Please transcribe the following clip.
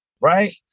Right